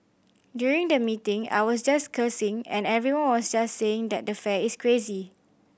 during the meeting I was just cursing and everyone was just saying that the fare is crazy